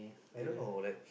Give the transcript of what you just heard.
I don't know like